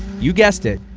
you guessed it,